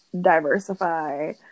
diversify